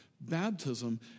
Baptism